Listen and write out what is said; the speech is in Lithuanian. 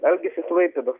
algis iš klaipėdos